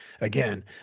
Again